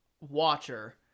watcher